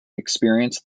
experienced